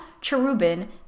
Cherubin